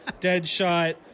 Deadshot